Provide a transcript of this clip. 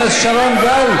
אתה מחלק צל"שים?